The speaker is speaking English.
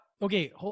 Okay